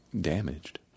damaged